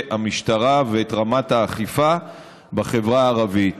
המשטרה ואת רמת האכיפה בחברה הערבית.